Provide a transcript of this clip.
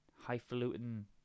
highfalutin